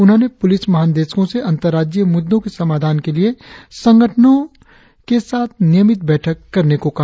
उन्होंने पुलिस महा निदेशकों से अंतर्राज्यीय मुद्दों के समाधान के लिए संगठनो के लिए नियमित बैठक करने को कहा